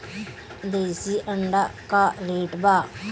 देशी अंडा का रेट बा?